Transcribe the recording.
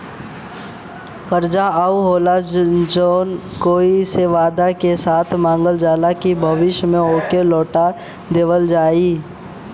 कर्जा ऊ होला जौन कोई से वादा के साथ मांगल जाला कि भविष्य में ओके लौटा देवल जाई